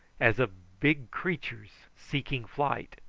as of big creatures seeking flight.